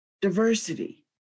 diversity